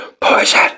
poison